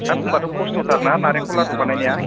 हाब होनबाथ' खस्थ'थार ना नारेंखल लादु बानायनाया